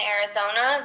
Arizona